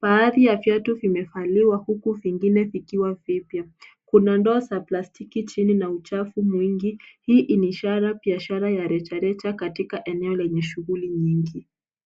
baadhi ya viatu vimevaliwa huko vingine vikiwa vipya kuna ndoo za plastiki chini na uchafu mwingi hii ni ishara biashara ya rejareja katika eneo lenye shughuli nyingi.